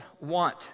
want